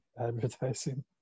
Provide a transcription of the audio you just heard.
advertising